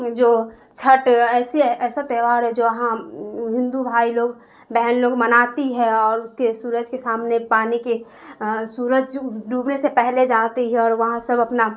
جو چھٹ ایسے ایسا تیوہار ہے جہاں ہندو بھائی لوگ بہن لوگ مناتی ہے اور اس کے سورج کے سامنے پانی کی سورج ڈوبنے سے پہلے جاتی ہے اور وہاں سب اپنا